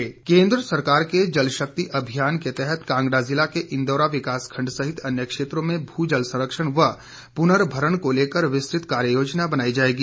जल शक्ति केंद्र सरकार के जल शक्ति अभियान के तहत कांगड़ा जिला के इंदौरा विकास खंड सहित अन्य क्षेत्रों में भूजल संरक्षण व पुर्नभरण को लेकर विस्तृत कार्य योजना बनाई जाएगी